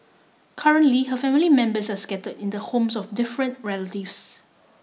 currently her family members are scatter in the homes of different relatives